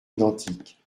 identiques